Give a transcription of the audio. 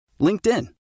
LinkedIn